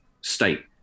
state